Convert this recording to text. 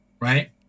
right